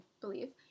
believe